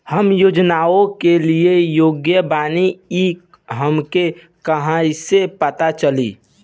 हम योजनाओ के लिए योग्य बानी ई हमके कहाँसे पता चली?